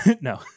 No